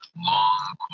long